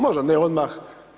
Možda ne odmah.